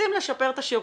רוצים לשפר את השירות,